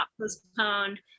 postponed